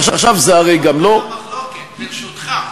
עכשיו, זה הרי גם לא, המחלוקת, ברשותך.